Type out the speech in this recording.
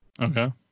okay